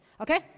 Okay